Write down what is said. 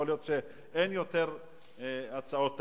יכול להיות שאין יותר הצעות תקציב.